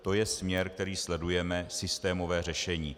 To je směr, který sledujeme, systémové řešení.